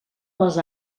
les